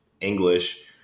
English